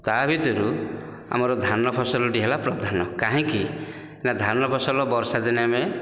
ତା' ଭିତରୁ ଆମର ଧାନ ଫସଲଟି ହେଲା ପ୍ରଧାନ କାହିଁକି ନା ଧାନ ଫସଲ ବର୍ଷାଦିନେ ଆମେ